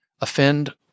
offend